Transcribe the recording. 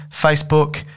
Facebook